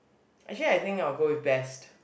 actually I think I will go with best